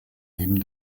neben